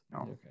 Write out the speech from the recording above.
Okay